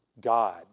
God